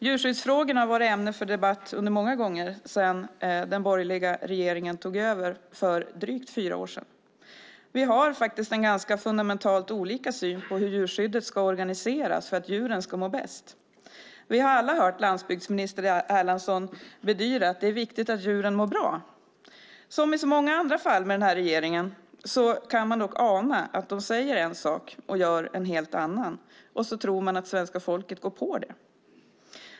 Djurskyddsfrågorna har varit ämne för debatt många gånger sedan den borgerliga regeringen tog över regeringsmakten för drygt fyra år sedan. Vi har en ganska fundamentalt olika syn på hur djurskyddet ska organiseras för att djuren ska må bäst. Vi har alla hört landsbygdsminister Erlandsson bedyra att det är viktigt att djuren mår bra. Som i så många andra fall med den här regeringen kan man dock ana att de säger en sak och gör en helt annan, och så tror de att svenska folket går på det.